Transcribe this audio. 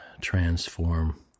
transform